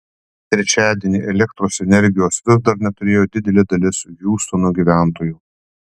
trečiadienį elektros energijos vis dar neturėjo didelė dalis hiūstono gyventojų